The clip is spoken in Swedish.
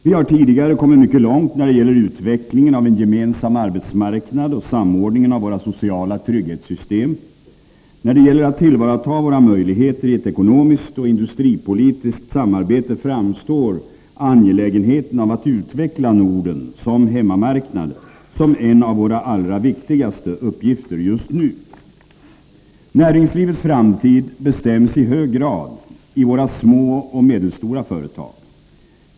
Vi har tidigare kommit mycket långt när det gäller utvecklingen av en gemensam arbetsmarknad och samordningen av våra sociala trygghetssystem. När det gäller att tillvarata våra möjligheter i ett ekonomiskt och industripolitiskt samarbete framstår som en av våra allra viktigaste uppgifter just nu att utveckla Norden som hemmamarknad. Näringslivets framtid bestäms i hög grad i våra små och medelstora företag.